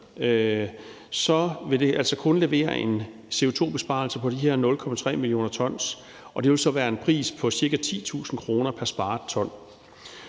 vil det altså kun levere en CO2-besparelse på de her 0,3 mio. t, og det vil så være til en pris på ca. 10.000 kr. pr. sparet ton.